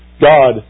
God